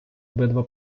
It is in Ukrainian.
обидва